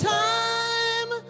time